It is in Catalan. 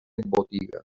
botiga